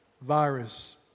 virus